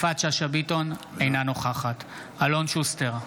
אינה נוכחת אלון שוסטר,